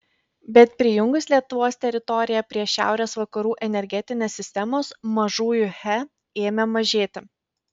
bet prijungus lietuvos teritoriją prie šiaurės vakarų energetinės sistemos mažųjų he ėmė mažėti